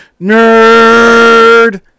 Nerd